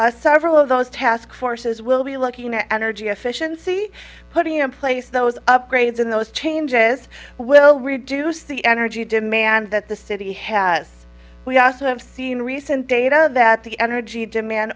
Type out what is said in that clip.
work several of those task forces will be looking at energy efficiency putting in place those upgrades in those changes will reduce the energy demand that the city has we also have seen recent data that the energy demand